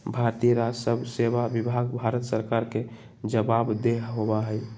भारतीय राजस्व सेवा विभाग भारत सरकार के जवाबदेह होबा हई